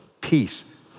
peace